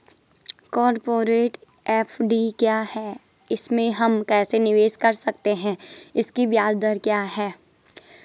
Corporate FD क्या है इसमें हम कैसे निवेश कर सकते हैं इसकी ब्याज दर क्या है?